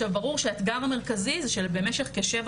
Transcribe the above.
ברור שהאתגר המרכזי הוא שבמשך כשבע